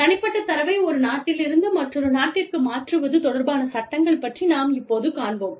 தனிப்பட்ட தரவை ஒரு நாட்டிலிருந்து மற்றொரு நாட்டிற்கு மாற்றுவது தொடர்பான சட்டங்கள் பற்றி நாம் இப்போது காண்போம்